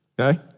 okay